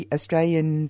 Australian